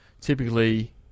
typically